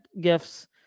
gifts